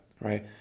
right